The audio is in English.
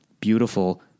beautiful